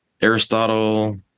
Aristotle